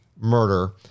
murder